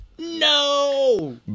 No